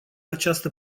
această